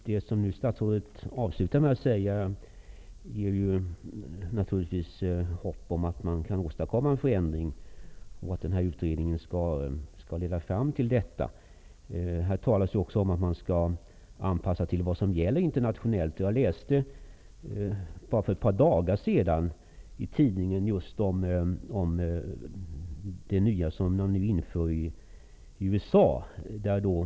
Herr talman! Det som statsrådet avslutade med att säga inger hopp om att utredningen skall leda fram till att en förändring skall kunna åstadkommas. Det talas här om att vi skall anpassa oss till vad som gäller internationellt sett. Bara för ett par dagar sedan läste jag i tidningen Arbetet om de nya regler som införts i USA.